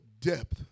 depth